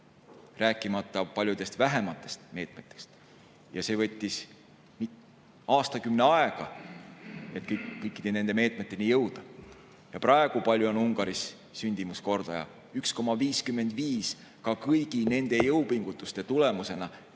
rääkimata paljudest [väiksematest] meetmetest. See võttis aastakümne aega, et kõikide nende meetmeteni jõuda. Ja palju on praegu Ungaris sündimuskordaja? 1,55. Ka kõigi nende jõupingutuste tulemusena ei ole